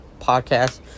podcast